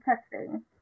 testing